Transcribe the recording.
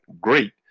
great